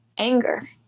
anger